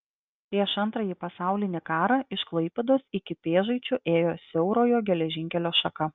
prieš antrąjį pasaulinį karą iš klaipėdos iki pėžaičių ėjo siaurojo geležinkelio šaka